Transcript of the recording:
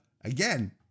again